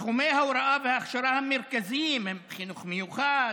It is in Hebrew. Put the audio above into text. תחומי ההוראה וההכשרה המרכזיים הם חינוך מיוחד,